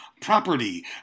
property